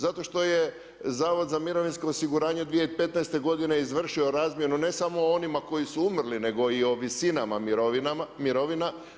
Zato što je Zavod za mirovinsko osiguranje 2015. godine izvršio razmjenu ne samo onima koji su umrli nego i o visinama mirovina.